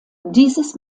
dieses